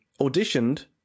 auditioned